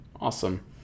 awesome